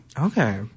Okay